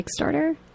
Kickstarter